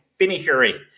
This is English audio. finishery